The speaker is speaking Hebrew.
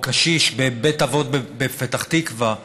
או קשיש בבית אבות בפתח תקווה,